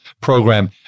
program